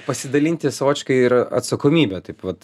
pasidalinti savotiškai ir atsakomybe taip vat